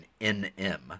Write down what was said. NM